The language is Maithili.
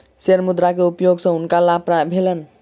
शेयर मुद्रा के उपयोग सॅ हुनका बहुत लाभ भेलैन